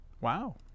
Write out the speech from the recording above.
Wow